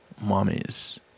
mummies